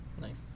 nice